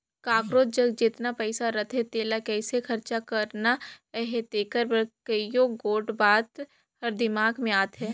काकरोच जग जेतना पइसा रहथे तेला कइसे खरचा करना अहे तेकर बर कइयो गोट बात हर दिमाक में आथे